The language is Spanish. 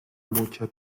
mucha